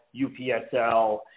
UPSL